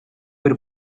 per